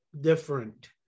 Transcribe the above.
different